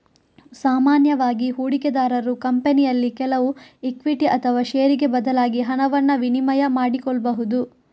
ಸಾಮಾನ್ಯವಾಗಿ ಹೂಡಿಕೆದಾರರು ಕಂಪನಿಯಲ್ಲಿ ಕೆಲವು ಇಕ್ವಿಟಿ ಅಥವಾ ಷೇರಿಗೆ ಬದಲಾಗಿ ಹಣವನ್ನ ವಿನಿಮಯ ಮಾಡಿಕೊಳ್ಬಹುದು